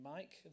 Mike